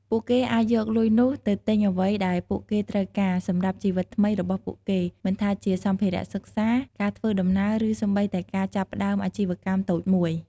ពួកគេអាចយកលុយនោះទៅទិញអ្វីដែលពួកគេត្រូវការសម្រាប់ជីវិតថ្មីរបស់ពួកគេ មិនថាជាសម្ភារៈសិក្សា ការធ្វើដំណើរ ឬសូម្បីតែការចាប់ផ្តើមអាជីវកម្មតូចមួយ។